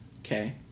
Okay